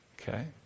Okay